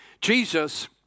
Jesus